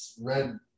Red